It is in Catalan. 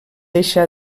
deixa